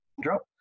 drop